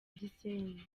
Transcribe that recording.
gisenyi